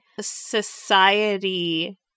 society